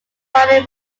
funding